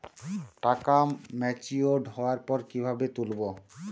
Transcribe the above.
টাকা ম্যাচিওর্ড হওয়ার পর কিভাবে তুলব?